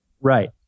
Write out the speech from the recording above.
Right